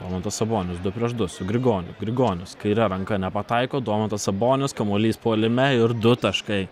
domantas sabonis du prieš du su grigoniu grigonis kaire ranka nepataiko domantas sabonis kamuolys puolime ir du taškai